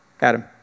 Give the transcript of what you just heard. Adam